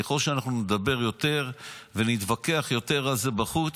ככל שאנחנו נדבר יותר ונתווכח יותר על זה בחוץ,